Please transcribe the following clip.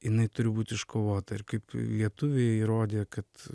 jinai turi būt iškovota ir kaip lietuviai įrodė kad